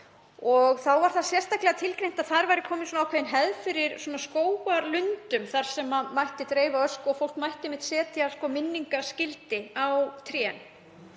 Þá var sérstaklega tilgreint að þar væri komin ákveðin hefð fyrir skógarlundum þar sem mætti dreifa ösku og fólk mætti setja minningarskildi á tré.